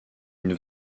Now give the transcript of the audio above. une